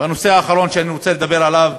והנושא האחרון שאני רוצה לדבר עליו,